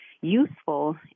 useful